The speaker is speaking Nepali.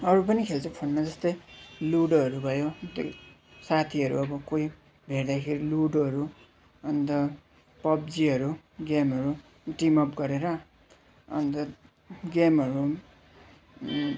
अरू पनि खेल्छ फोनमा जस्तै लुडोहरू भयो साथीहरू कोही भेट्दाखेरि लुडोहरू अन्त पब्जीहरू गेमहरू टिम अप गरेर अन्त गेमहरू